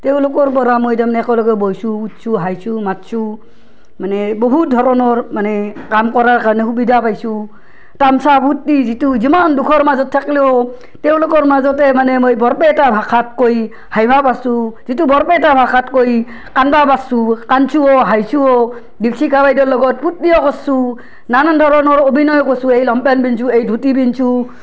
তেওঁলোকৰ পৰা মই তাৰমানে একেলগে বইছো উঠছো হাইছু মাতছো মানে বহুত ধৰণৰ মানে কাম কৰাৰ কাৰণে সুবিধা পাইছোঁ তামচা ফূৰ্তি যিটো যিমান দুখৰ মাজত থাকলেও তেওঁলোকৰ মাজতে মানে মই বৰপেইটা ভাষাত কৈ হাঁহিবা পাৰছো যিটো বৰপেইটা ভাষাত কৈ কান্দবা পাৰছো কান্দছোও হাইছোও দীপশিখা বাইদেউৰ লগত ফূৰ্তিও কৰছো নানান ধৰণৰ অভিনয় কৰছো এই লংপেণ্ট পিন্ধছো এই ধুতি পিন্ধছো